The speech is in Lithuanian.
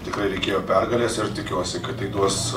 tikrai reikėjo pergalės ir tikiuosi kad tai duos